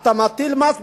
אתה מטיל מס בצורת,